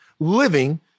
living